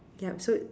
yup so